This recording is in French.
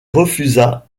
refusa